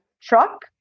truck